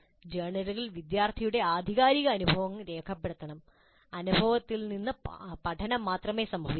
ജേർണലുകൾ വിദ്യാർത്ഥിയുടെ ആധികാരിക അനുഭവങ്ങൾ രേഖപ്പെടുത്തണം അനുഭവത്തിൽ നിന്ന് പഠനം മാത്രമേ സംഭവിക്കൂ